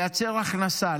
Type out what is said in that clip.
לייצר הכנסה,